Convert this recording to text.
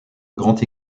grand